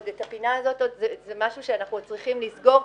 בתי המשפט זה משהו שאנחנו עוד צריכים לסגור.